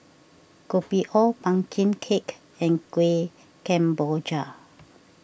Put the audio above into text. Kopi O Pumpkin Cake and Kueh Kemboja